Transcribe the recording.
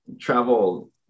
travel